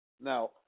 Now